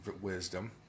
wisdom